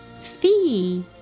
Fee